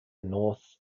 north